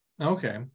okay